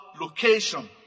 location